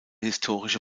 historische